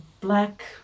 black